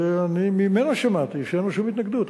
ואני ממנו שמעתי שאין לו שום התנגדות.